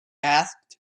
asked